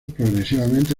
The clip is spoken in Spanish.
progresivamente